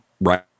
right